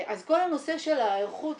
אז כל הנושא של ההיערכות,